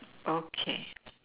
okay